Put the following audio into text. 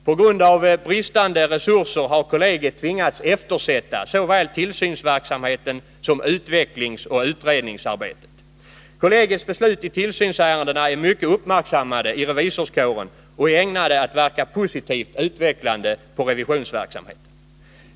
På grund av bristande resurser har kollegiet tvingats eftersätta såväl tillsynsverksamheten som utvecklingsoch utredningsarbetet. Kollegiets beslut i tillsynsärendena är mycket uppmärksammade i revisorskåren och är ägnade att verka positivt utvecklande på revisionsverksamheten.